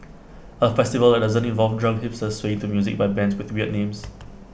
A festival that doesn't involve drunk hipsters swaying to music by bands with weird names